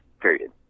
period